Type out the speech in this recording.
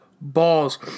balls